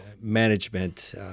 management